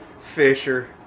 Fisher